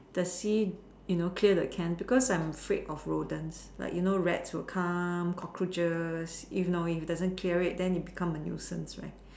the see you know clear the can you know because I'm afraid of rodents like you know rats will come cockroaches if you know it doesn't clear it it becomes a nuisance right